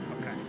Okay